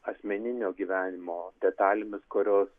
asmeninio gyvenimo detalėmis kurios